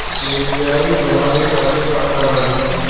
UPI बनावे खातिर का का लगाई?